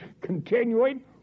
continuing